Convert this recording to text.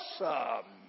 Awesome